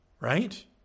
right